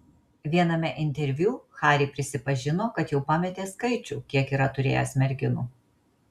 viename interviu harry prisipažino kad jau pametė skaičių kiek yra turėjęs merginų